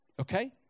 Okay